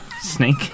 Snake